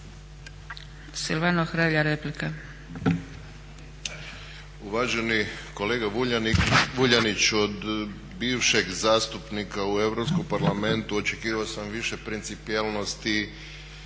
Silvano (HSU)** Uvaženi kolega Vuljanić, od bivšeg zastupnika u Europskom parlamentu očekivao sam više principijelnosti